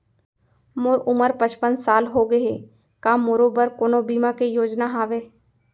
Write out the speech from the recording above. मोर उमर पचपन साल होगे हे, का मोरो बर कोनो बीमा के योजना हावे?